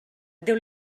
déu